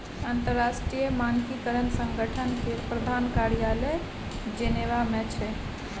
अंतरराष्ट्रीय मानकीकरण संगठन केर प्रधान कार्यालय जेनेवा मे छै